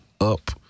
up